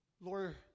Lord